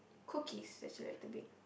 cookies that you like to bake